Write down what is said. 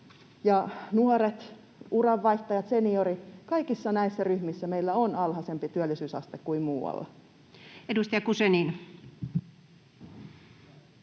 nuoret, uranvaihtajat, seniorit. Kaikissa näissä ryhmissä meillä on alhaisempi työllisyysaste kuin muualla. [Speech